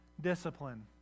discipline